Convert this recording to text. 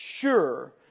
sure